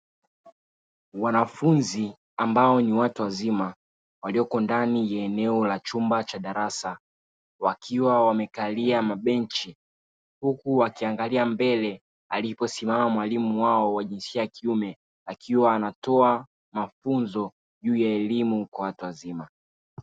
Wanafunzi ambao ni watu wazima walioko ndani ya eneo la chumba cha darasa, wakiwa wamekalia mabenchi. Huku wakiangalia mbele aliposimama mwalimu wao wa jinsia ya kiume, akiwa anatoa mafunzo juu ya elimu kwa watu wazima.